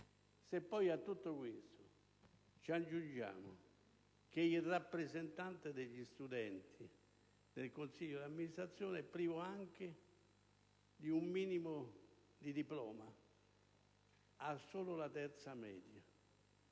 Poi, a tutto questo aggiungiamo che il rappresentante degli studenti nel consiglio di amministrazione è privo anche di un qualsiasi diploma: ha fatto solo la terza media,